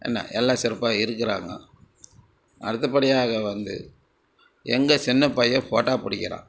என்ன எல்லாம் சிறப்பாக இருக்கிறாங்கோ அடுத்தபடியாக வந்து எங்கள் சின்ன பையன் ஃபோட்டோ பிடிக்குறான்